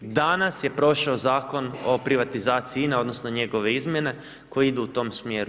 Danas je prošao zakon o privatizaciji INA-e odnosno njegove izmjene koje idu u tom smjeru.